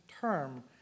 term